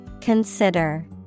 Consider